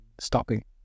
stopping